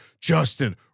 Justin